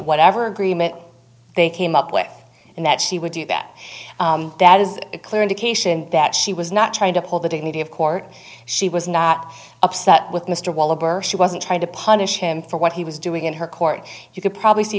whatever agreement they came up with and that she would do that that is a clear indication that she was not trying to pull the dignity of court she was not upset with mr she wasn't trying to punish him for what he was doing in her court you could probably see